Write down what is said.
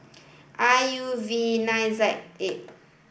I U V nine Z eight